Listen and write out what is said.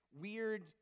weird